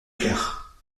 claires